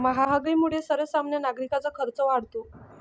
महागाईमुळे सर्वसामान्य नागरिकांचा खर्च वाढतो